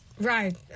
right